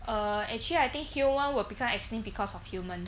uh actually I think human will become extinct because of human